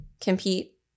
compete